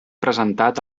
presentat